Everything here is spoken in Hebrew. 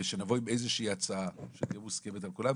ושנבוא עם איזושהי הצעה שתהיה מוסכמת על כולם.